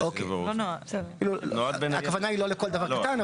אוקי, הכוונה היא לא לכל דבר קטן,